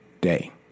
day